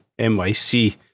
NYC